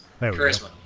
Charisma